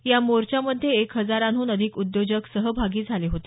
या मोर्चामध्ये एक हजारहून अधिक उद्योजक सहभागी झाले होते